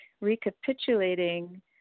recapitulating